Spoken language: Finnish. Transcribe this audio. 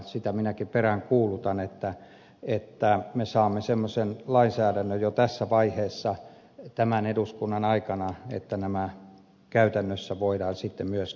sitä minäkin peräänkuulutan että me saamme semmoisen lainsäädännön jo tässä vaiheessa tämän eduskunnan aikana että nämä käytännössä voidaan sitten myöskin toteuttaa